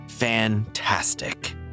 Fantastic